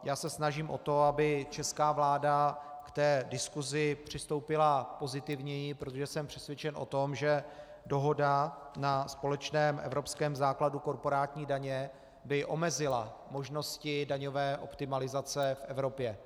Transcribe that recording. Já se snažím o to, aby česká vláda k té diskusi přistoupila pozitivněji, protože jsem přesvědčen o tom, že dohoda na společném evropském základu korporátní daně by omezila možnosti daňové optimalizace v Evropě.